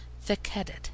thick-headed